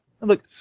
look